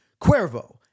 Cuervo